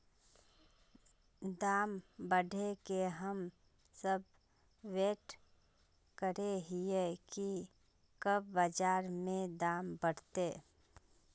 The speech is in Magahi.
दाम बढ़े के हम सब वैट करे हिये की कब बाजार में दाम बढ़ते?